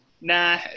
Nah